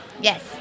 Yes